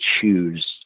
choose